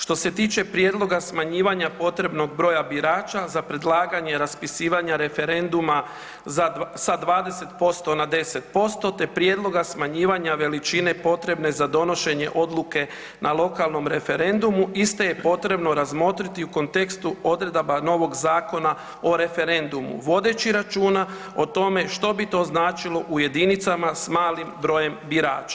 Što se tiče prijedloga smanjivanja potrebnog broja birača za predlaganje raspisivanja referenduma za, sa 205 na 10% te prijedloga smanjivanja veličine potrebne za donošenje odluke na lokalnom referendumu iste je potrebno razmotriti u kontekstu odredaba novog Zakona o referendumu vodeći računa o tome što bi to značilo u jedinicama s malim brojem birača.